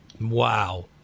Wow